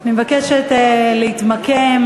אני מבקשת להתמקם.